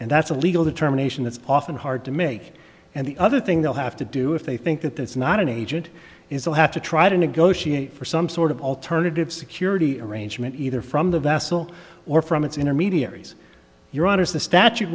and that's a legal determination that's often hard to make and the other thing they'll have to do if they think that that's not an agent is will have to try to negotiate for some sort of alternative security arrangement either from the vessel or from its intermediaries your honour's the statu